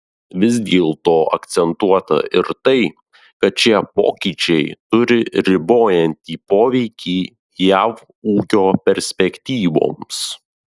vis dėlto akcentuota ir tai kad šie pokyčiai turi ribojantį poveikį jav ūkio perspektyvoms